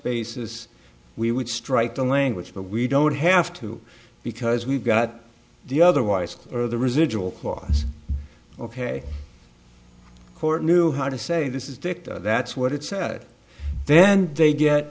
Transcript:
basis we would strike the language but we don't have to because we've got the otherwise or the residual clause ok court knew how to say this is dicta that's what it said then they get